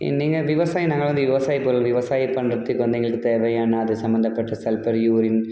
இ நீங்கள் விவசாயம் நாங்களாம் வந்து விவசாயப் பொருள் விவசாயம் பண்ணுறத்துக்கு வந்து எங்களுக்கு தேவையான அது சம்மந்தப்பட்ட சல்ஃபர் யூரின்